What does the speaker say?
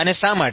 અને શા માટે